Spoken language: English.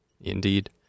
Indeed